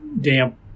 damp